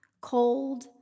cold